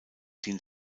den